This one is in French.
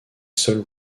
sols